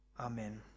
Amen